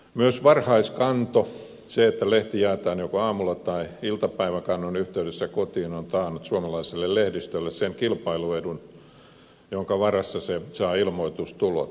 myös varhaiskanto se että lehti jaetaan joko aamulla tai iltapäiväkannon yhteydessä kotiin on taannut suomalaiselle lehdistölle sen kilpailuedun jonka varassa se saa ilmoitustulot